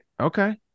Okay